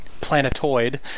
planetoid